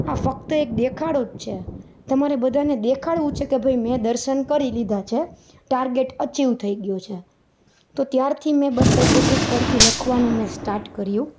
આ ફક્ત એક દેખાડો જ છે તમારે બધાંને દેખાડવું છેકે ભાઈ મેં દર્શન કરી લીધાં છે ટાર્ગેટ અચિવ થઈ ગયો છે તો ત્યારથી મેં બસ એ ટૉપિક પરથી મેં લખવાનું સ્ટાર્ટ કર્યું